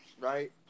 right